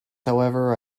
however